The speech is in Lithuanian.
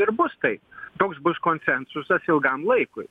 ir bus tai toks bus konsensusas ilgam laikui